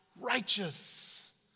righteous